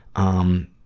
um,